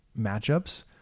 matchups